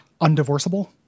undivorceable